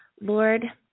Lord